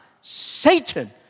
Satan